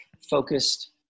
focused